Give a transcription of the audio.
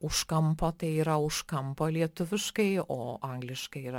už kampo tai yra už kampo lietuviškai o angliškai yra